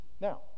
Now